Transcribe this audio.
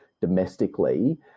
domestically